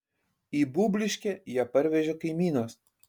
į būbliškę ją parvežė kaimynas